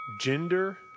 Gender